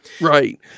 Right